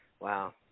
Wow